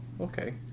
okay